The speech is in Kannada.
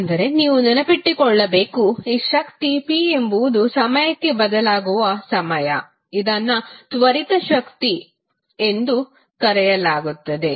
ಆದರೆ ನೀವು ನೆನಪಿನಲ್ಲಿಟ್ಟುಕೊಳ್ಳಬೇಕು ಈ ಶಕ್ತಿ p ಎಂಬುದು ಸಮಯಕ್ಕೆ ಬದಲಾಗುವ ಸಮಯ ಮತ್ತು ಇದನ್ನು ತ್ವರಿತ ಶಕ್ತಿ ಎಂದು ಕರೆಯಲಾಗುತ್ತದೆ